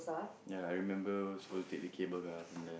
yea I remember supposed take the cable car from there